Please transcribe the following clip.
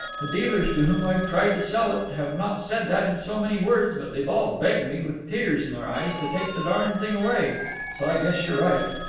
the dealers to whom i've tried to sell it have not said that in so many words, but they've all begged me with tears in their eyes to take the darned thing away, so i guess you're right.